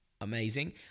amazing